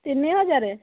ତିନି ହଜାର